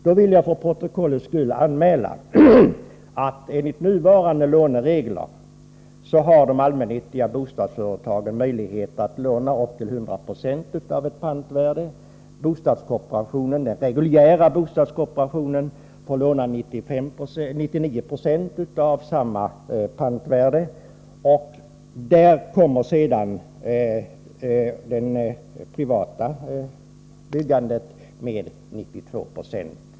Då vill jag få taget till protokollet att de allmännyttiga bostadsföretagen enligt nuvarande låneregler har möjligheter att låna upp till 100 26 av pantvärdet, den reguljära bostadskooperationen får låna upp till 99 96 av samma pantvärde och det privata byggandet får sedan låna upp till 92 96.